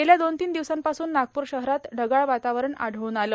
गेल्या दोन तीन दिवसापासून नागप्र शहरात ढगाळ वातावरण आढळून आलं